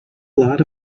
lot